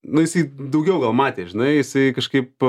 nu jisai daugiau gal matė žinai jisai kažkaip